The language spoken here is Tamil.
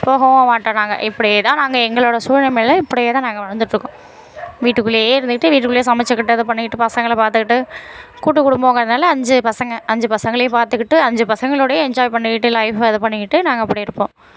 போகவும் மாட்டோம் நாங்கள் இப்படியே தான் நாங்கள் எங்களோடய சூழ்நிலையில இப்படியே தான் நாங்கள் வாழ்ந்துட்டுருக்கோம் வீட்டுக்குள்ளேயே இருந்துக்கிட்டு வீட்டுக்குள்ளேயே சமைச்சிக்கிட்டு இது பண்ணிக்கிட்டு பசங்களை பார்த்துக்கிட்டு கூட்டு குடும்பங்கிறதுனால அஞ்சு பசங்க அஞ்சு பசங்களையும் பார்த்துக்கிட்டு அஞ்சு பசங்களோடயே என்ஜாய் பண்ணிக்கிட்டு லைஃபை இது பண்ணிக்கிட்டு நாங்கள் அப்படி இருப்போம்